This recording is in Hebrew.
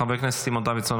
חבר הכנסת סימון דוידסון,